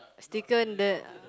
sticker that